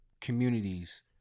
communities